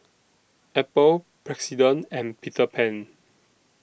Apple President and Peter Pan